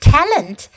Talent